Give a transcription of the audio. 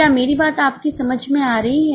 क्या मेरी बात आपकी समझ में आ रही है